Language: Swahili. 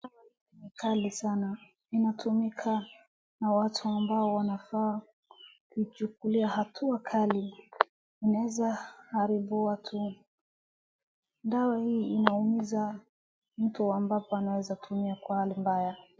Dawa hii ni kali sana. Inatumika na watu ambao wanafaa kuichukulia hatua kali. Inaweza haribu watu. Dawa hii inaumiza mtu ambapo anaweza tumia kwa hali mbaya.